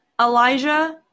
Elijah